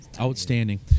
Outstanding